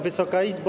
Wysoka Izbo!